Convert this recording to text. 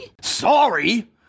Sorry